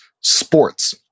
sports